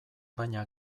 baina